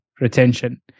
retention